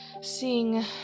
Seeing